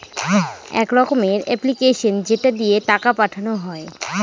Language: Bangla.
এক রকমের এপ্লিকেশান যেটা দিয়ে টাকা পাঠানো হয়